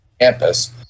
campus